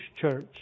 church